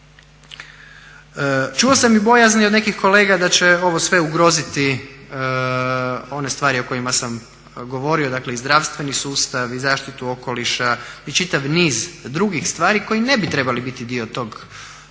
Čuo sam i bojazni od nekih kolega da će ovo sve ugroziti one stvari o kojima sam govorio, dakle i zdravstveni sustav i zaštitu okoliša i čitav niz drugih stvari koji ne bi trebali biti dio tog sporazuma.